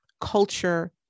culture